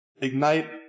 ignite